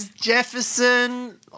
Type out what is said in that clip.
Jefferson